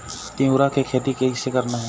तिऊरा के खेती कइसे करना हे?